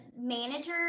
manager